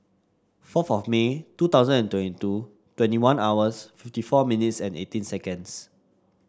fourth of May two thousand and twenty two twenty one hours fifty four munites and eighteen seconds